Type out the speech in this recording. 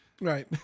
Right